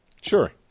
Sure